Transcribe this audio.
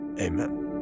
Amen